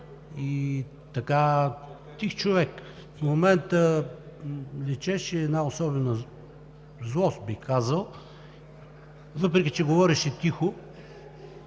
и така – тих човек. В момента личеше една особена злост, бих казал, въпреки че говореше тихо